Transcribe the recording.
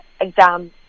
exam